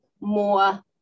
more